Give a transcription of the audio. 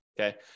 okay